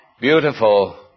beautiful